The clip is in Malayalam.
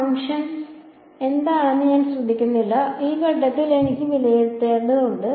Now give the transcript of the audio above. ഫംഗ്ഷൻ എന്താണെന്ന് ഞാൻ ശ്രദ്ധിക്കുന്നില്ല ഒരു ഘട്ടത്തിൽ എനിക്ക് വിലയിരുത്തേണ്ടതുണ്ട്